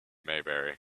maybury